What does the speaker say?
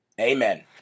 Amen